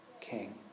king